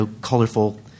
colorful